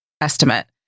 estimate